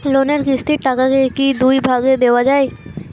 লোনের কিস্তির টাকাকে কি দুই ভাগে দেওয়া যায়?